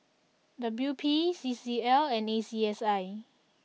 W P C C L and A C S I